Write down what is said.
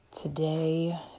Today